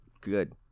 Good